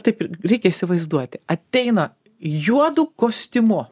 taip ir reikia įsivaizduoti ateina juodu kostiumu